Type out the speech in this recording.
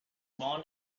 born